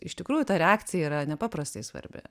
iš tikrųjų ta reakcija yra nepaprastai svarbi